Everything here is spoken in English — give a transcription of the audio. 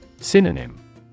Synonym